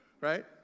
right